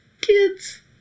kids